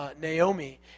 Naomi